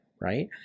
Right